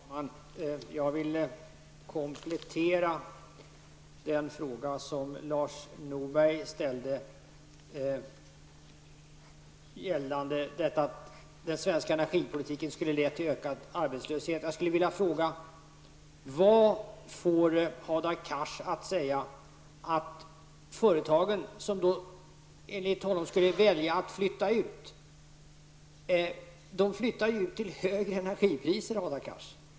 Herr talman! Jag vill komplettera den fråga som Lars Norberg ställde med anledning av påståendet att den svenska energipolitiken skulle ha lett till ökad arbetslöshet. Vad får Hadar Cars att säga att företagen skulle välja att flytta ut -- de flyttar ju ut till högre energipriser?